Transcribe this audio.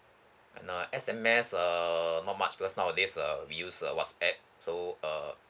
and uh S_M_S err not much because nowadays uh we use uh WhatsApp so uh